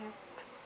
yup